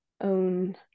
own